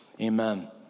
amen